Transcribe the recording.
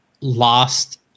lost